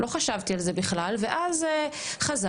לא חשבתי על זה בכלל ואז חזרנו,